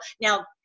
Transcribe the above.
Now